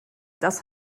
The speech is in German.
das